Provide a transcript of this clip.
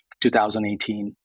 2018